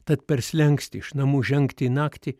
tad per slenkstį iš namų žengti į naktį